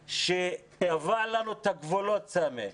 שקבע לנו את הגבולות סמי,